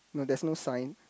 no there's no sign